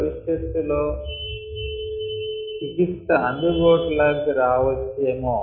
భవిష్యత్తులో చికిత్స అందుబాటులోకి రావచ్చేమో